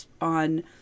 on